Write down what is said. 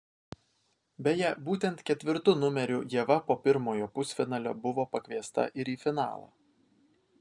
beje būtent ketvirtu numeriu ieva po pirmojo pusfinalio buvo pakviesta ir į finalą